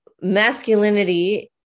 masculinity